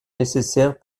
nécessaires